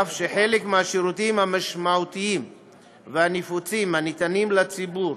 אף שחלק מהשירותים המשמעותיים והנפוצים הניתנים לציבור